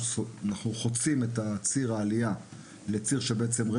אנחנו בעצם חוצים את ציר העלייה כך שכלי